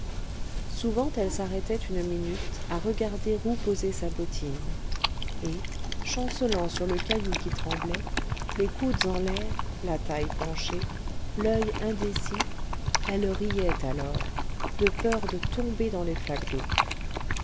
souvent elle s'arrêtait une minute à regarder où poser sa bottine et chancelant sur le caillou qui tremblait les coudes en l'air la taille penchée l'oeil indécis elle riait alors de peur de tomber dans les flaques d'eau